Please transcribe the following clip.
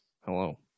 hello